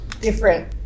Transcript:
different